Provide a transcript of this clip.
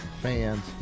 fans